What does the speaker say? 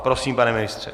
Prosím, pane ministře.